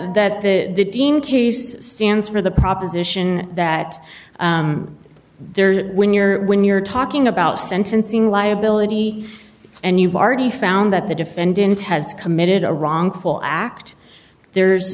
that the the dean case stands for the proposition that there's when you're when you're talking about sentencing liability and you've already found that the defendant has committed a wrongful act there's